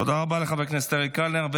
תודה רבה לחבר הכנסת אריאל קלנר.